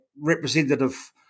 representative